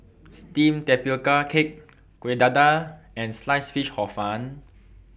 Steamed Tapioca Cake Kueh Dadar and Sliced Fish Hor Fun